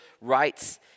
rights